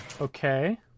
Okay